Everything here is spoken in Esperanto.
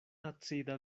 acida